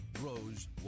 rose